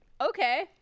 Okay